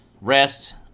rest